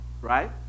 Right